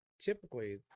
typically